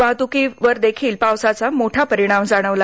वाहतुकीवरदेखील पावसाचा मोठा परिणाम जाणवला